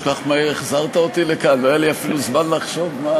נא לסיים.